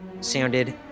sounded